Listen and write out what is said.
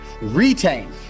retain